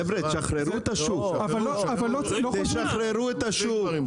חבר'ה, תשחררו את השוק.